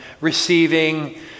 receiving